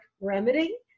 remedy